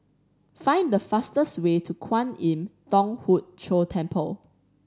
find the fastest way to Kwan Im Thong Hood Cho Temple